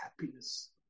happiness